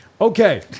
Okay